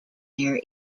their